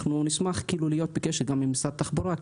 נשמח להיות בקשר עם משרד התחבורה לגביהם,